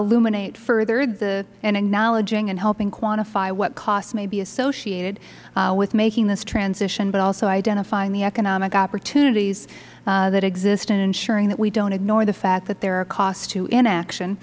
illuminate further in acknowledging and helping quantify what costs may be associated with making this transition but also identifying the economic opportunities that exist and ensuring that we don't ignore the fact that there are costs to inaction